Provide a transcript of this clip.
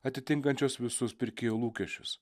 atitinkančios visus pirkėjo lūkesčius